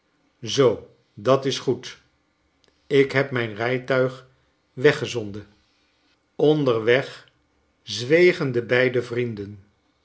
zoo dat is goed ik heb mijn rijtuig weggezonden onderweg zwegen de beide vrienden